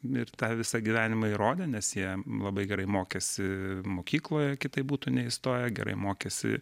ir tą visą gyvenimą įrodė nes jie labai gerai mokėsi mokykloje kitaip būtų neįstoję gerai mokėsi